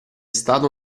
stato